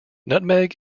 nutmeg